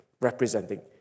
representing